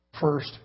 first